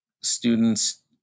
students